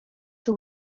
czy